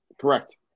Correct